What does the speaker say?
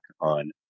on